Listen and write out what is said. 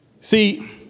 See